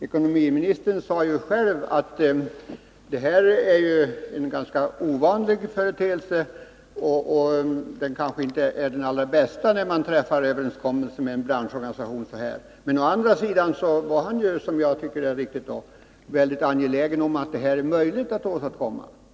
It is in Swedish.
Ekonomiministern sade ju själv att det är en ganska ovanlig företeelse och kanske inte den allra bästa lösningen att träffa en överenskommelse med en branschorganisation på detta sätt, men å andra sidan var ju ekonomiministern — och det tycker jag är riktigt — angelägen om att det skall vara möjligt att åstadkomma en överenskommelse.